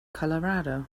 colorado